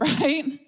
right